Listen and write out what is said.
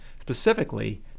Specifically